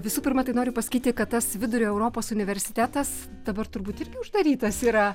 visų pirma tai noriu pasakyti kad tas vidurio europos universitetas dabar turbūt irgi uždarytas yra